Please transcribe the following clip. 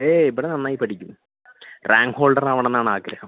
ഏയ് ഇവിടെ നന്നായി പഠിക്കും റാങ്ക് ഹോൾഡർ ആവണന്ന് ആണ് ആഗ്രഹം